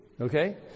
okay